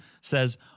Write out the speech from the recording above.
says